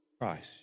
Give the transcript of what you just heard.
Christ